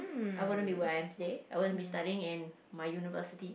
I wouldn't be where I am today I wouldn't be studying in my university